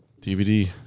DVD